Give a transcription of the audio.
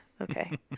Okay